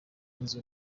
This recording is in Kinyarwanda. yunze